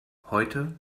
heute